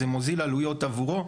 זה מוזיל עלויות עבורו.